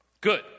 Good